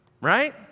right